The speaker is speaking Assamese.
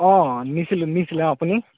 অঁ নিছিলোঁ নিছিলোঁ অঁ আপুনি